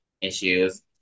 issues